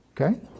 Okay